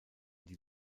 die